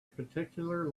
particular